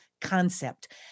concept